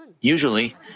Usually